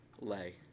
lay